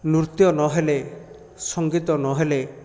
ନୃତ୍ୟ ନହେଲେ ସଙ୍ଗୀତ ନହେଲେ